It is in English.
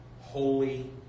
holy